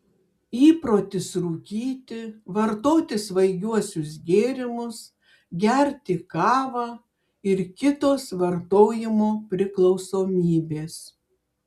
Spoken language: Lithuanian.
įprotis rūkyti vartoti svaigiuosius gėrimus gerti kavą ir kitos vartojimo priklausomybės